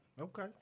Okay